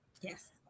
Yes